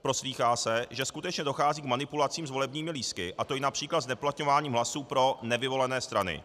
Proslýchá se, že skutečně dochází k manipulacím s volebními lístky, a to i například zneplatňováním hlasů pro nevyvolené strany.